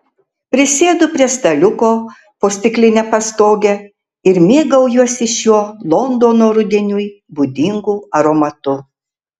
prisėdu prie staliuko po stikline pastoge ir mėgaujuosi šiuo londono rudeniui būdingu aromatu